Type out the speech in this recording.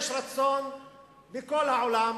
יש רצון בכל העולם,